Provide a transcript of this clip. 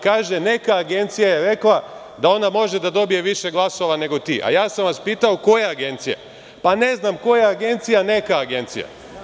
Kaže, neka agencija je rekla da ona može da dobije više glasova nego ti, a ja sam vas pitao koja agencija, pa ne znam koja agencija, neka agencija.